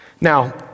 Now